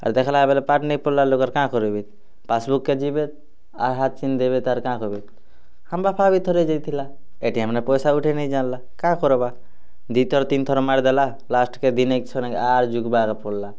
ଆର୍ ଦେଖ୍ଲା ବେଲେ ପାଠ୍ ନାଇ ପଢ଼୍ଲା ଲୋକ୍ର୍ କାଁ କର୍ବେ ପାସ୍ବୁକ୍କେ ଯିବେ ଆର୍ ହାତ୍ ଚିହ୍ନ ଦେବେ ତା'ର୍ କାଁ କର୍ବେ ଆମର୍ ବାପା ବି ଥରେ ଯାଇଥିଲା ଏଟିଏମ୍ରେ ପଇସା ଉଠେଇ ନେଇ ଜାଣ୍ଲା କାଁ କର୍ବା ଦୁଇ ଥର୍ ତିନ୍ ଥର୍ ମାରି ଦେଲା ଲାଷ୍ଟ୍କେ ଦିନେ ଆର୍ ଯୁଗ୍ବାର୍କେ ପଡ଼୍ଲା